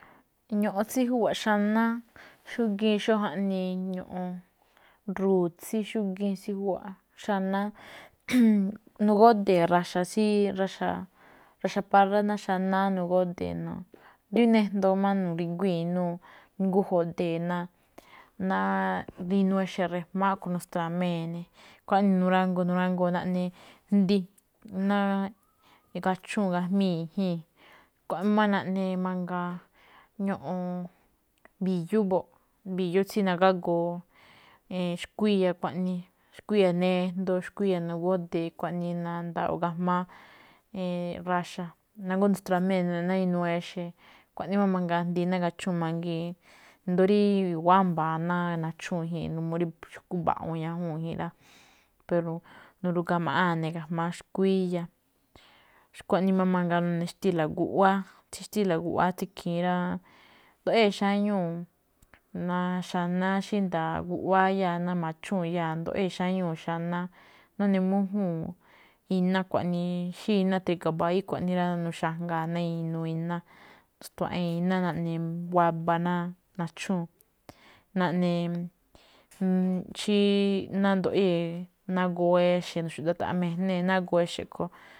Ño̱ꞌo̱n tsí júwa̱ꞌ xanáá, xúgíin xó jaꞌnii, ño̱ꞌon ru̱tsí tsí júwa̱ꞌ xanáá, nagódee̱ ra̱xa̱ tsí ra̱xa̱ parrá ná xanáá nagódee̱, rí nejndoo máꞌ, nu̱dri̱guíi̱ inúu, nagóó judee̱, ná-na iñúu exe̱ ri̱jma̱á a̱ꞌkhue̱n nu̱stra̱mee̱ ne̱. Xkuaꞌnii nurangoo̱, nurangoo̱ naꞌne jndi, ná gachúu̱n gajmíi̱n i̱jíi̱n. Xkuaꞌnii máꞌ naꞌne ño̱ꞌo̱n, mbi̱yú mbo̱ꞌ, mbi̱yú tsí na̱gágo̱ xkuíya̱ xkuaꞌnii nejndoo xkuíya̱, nagódee̱ xkuaꞌnii nanda̱wo̱o̱ ga̱jma̱á, ra̱xa̱ nagóó rustra̱me̱e̱ na inuu exe̱. Xkuaꞌnii mangaa jndi ná gachúu̱n mangii̱n. Ído̱ rí i̱wa̱á mba̱a̱ ná nachúún i̱ji̱i̱n, n uu rí xu̱kú mba̱ꞌu̱u̱n ñajúu̱n ikhii̱n rá. Pero nuruamaꞌáan ne̱ ga̱jma̱á xkuíya̱. Xkuaꞌnii máꞌ mangaa none̱ xtíla̱ guꞌwáá. Tsí xtíla̱ guꞌwáá tsí ikhiin rá, nduyée̱ xáñuu̱ ná xanáá xí nda̱a̱ ná guꞌwáá iyáa̱ ná ma̱chúu̱n iyáa̱, nduꞌyée̱ xáñuu̱ ná xánáá. Nune̱ mújúu̱n, iná xkuaꞌnii, xí iná te̱ga̱ mbayíí xkuaꞌnii rá, nu̱xa̱jngaa̱ ná inuu iná, nu̱stua̱ꞌee̱n iná naꞌne waba ná nachúu̱n. Naꞌne xí ná ndoꞌyée̱ ná agoo exe̱ nu̱xu̱da̱taꞌa mijnee̱, ná agoo exe̱ a̱ꞌko̱n.